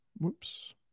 Whoops